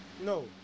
no